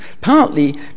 partly